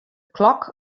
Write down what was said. klok